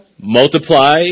multiply